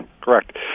Correct